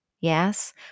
yes